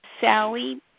Sally